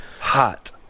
Hot